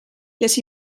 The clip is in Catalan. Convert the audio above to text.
les